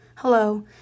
Hello